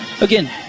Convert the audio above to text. again